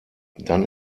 dann